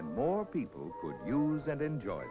and more people use and enjoy